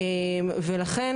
ולכן,